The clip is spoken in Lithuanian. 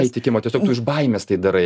įtikimo tiesiog tu iš baimės tai darai